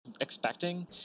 expecting